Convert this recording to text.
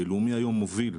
לאומי מוביל היום,